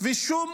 ושום